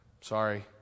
Sorry